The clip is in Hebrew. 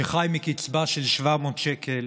שחי מקצבה של 700 שקל,